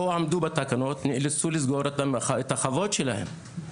הם לא עמדו בתקנות והם נאלצו לסגור את החוות שלהם.